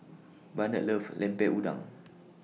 Barnard loves Lemper Udang